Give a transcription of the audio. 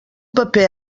paper